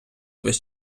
весь